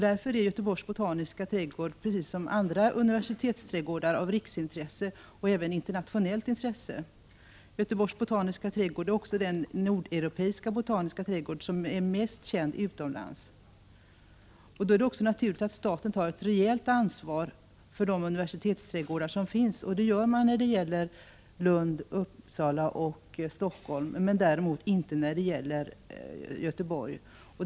Därför är Göteborgs botaniska trädgård, precis som andra universitetsträdgårdar, av riksintresse och även av internationellt intresse. Göteborgs botaniska trädgård är också den nordeuropeiska botaniska trädgård som är mest känd utomlands. Då är det också naturligt att staten tar ett rejält ansvar för de universitetsträdgårdar som finns. Det gör man när det gäller Helsingfors, Lund och Uppsala, däremot inte när det gäller Göteborg.